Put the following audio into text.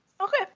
Okay